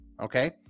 Okay